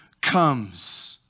comes